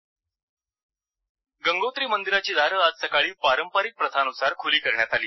गंगोत्री मंदिर गंगोत्री मंदिराची दारं आज सकाळी पारंपरिक प्रथांनुसार खुली करण्यात आली